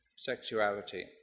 sexuality